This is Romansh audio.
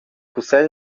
cussegl